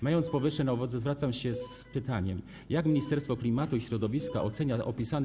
Mając powyższe na uwadze, zwracam się z pytaniem: Jak Ministerstwo Klimatu i Środowiska ocenia opisany.